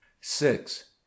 six